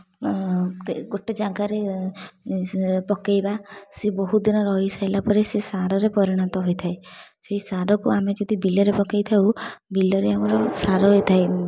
ଖତ ଗୋଟେ ଜାଗାରେ ପକେଇବା ସେ ବହୁତ ଦିନ ରହିସାରିଲା ପରେ ସେ ସାରରେ ପରିଣତ ହୋଇଥାଏ ସେହି ସାରକୁ ଆମେ ଯଦି ଆମର ବିଲରେ ପକେଇଥାଉ ବିଲରେ ଆମର ସାର ହୋଇଥାଏ